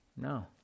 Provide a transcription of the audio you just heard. No